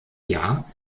jahr